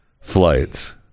flights